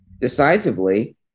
decisively